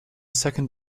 second